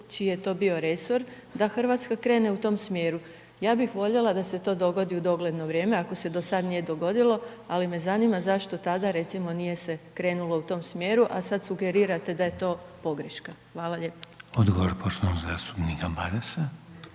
čiji je to bio resor, da Hrvatska krene u tom smjeru. Ja bih voljela da se to dogodi u dogledno vrijeme, ako se do sad nije dogodilo, ali me zanima zašto tada, recimo, nije se krenulo u tom smjeru, a sad sugerirate da je to pogreška. Hvala lijepa. **Reiner, Željko (HDZ)** Odgovor poštovanog zastupnika Marasa.